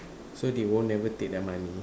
so they won't ever take the money